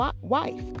wife